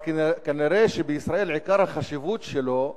כנראה בישראל עיקר החשיבות שלו,